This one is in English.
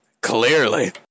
Clearly